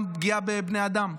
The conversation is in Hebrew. גם פגיעה בבני אדם.